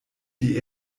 die